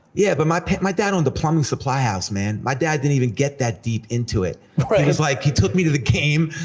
yeah, but my my dad owned a plumbing supply house, man. my dad didn't even get that deep into it. it like, he took me to the game,